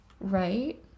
Right